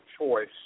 choice